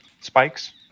spikes